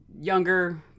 younger